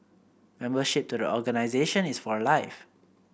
membership to the organisation is for life